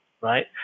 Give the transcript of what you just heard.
Right